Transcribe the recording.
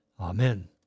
Amen